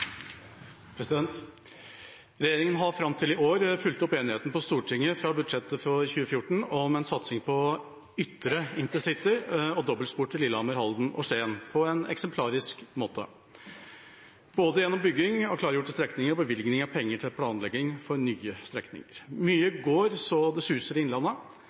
år fulgt opp enigheten på Stortinget om budsjettet for 2014 om en satsing på ytre intercity og dobbeltspor til Lillehammer, Halden og Skien på en eksemplarisk måte, gjennom både bygging av klargjorte strekninger og bevilgning av penger til planlegging av nye strekninger. Mye går så det suser i Innlandet,